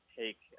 take